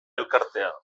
elkartea